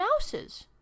mouses